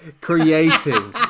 creating